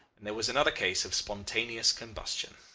and there was another case of spontaneous combustion.